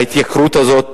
ההתייקרות הזאת